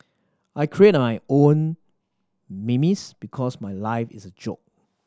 I create nine own memes because my life is a joke